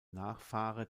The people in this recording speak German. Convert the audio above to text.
nachfahre